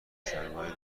شلواری